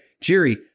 Jerry